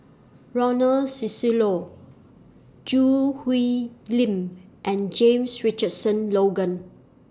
Ronald Susilo Choo Hwee Lim and James Richardson Logan